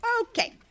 Okay